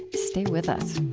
stay with us